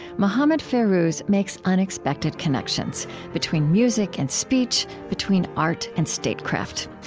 mohammed fairouz makes unexpected connections between music and speech, between art and statecraft.